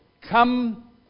come